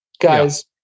guys